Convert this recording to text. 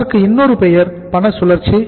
அதற்கு இன்னொரு பெயர் பண சுழற்சி